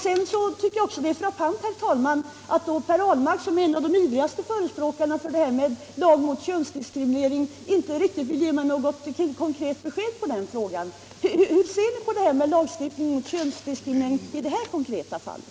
Jag tycker också det är frappant, herr talman, att Per Ahlmark, som är en av de ivrigaste förespråkarna för en lag mot könsdiskriminering, inte vill ge mig något konkret besked på den punkten. Hur ser ni på detta med lagstiftning mot könsdiskriminering i det här konkreta fallet?